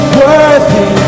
worthy